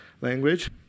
language